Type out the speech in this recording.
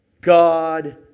God